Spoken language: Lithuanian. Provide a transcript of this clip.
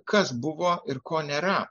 kas buvo ir ko nėra